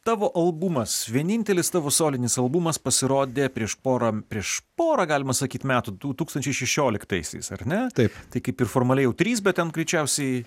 tavo albumas vienintelis tavo solinis albumas pasirodė prieš porą prieš porą galima sakyti metų du tūkstančiai šešioliktaisiais ar ne taip tai kaip ir formaliai jau trys bet konkrečiausiai